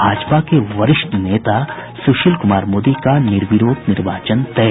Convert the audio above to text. भाजपा के वरिष्ठ नेता सुशील कुमार मोदी का निर्विरोध निर्वाचन तय